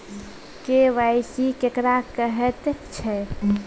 KYC केकरा कहैत छै?